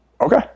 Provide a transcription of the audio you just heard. Okay